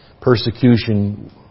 persecution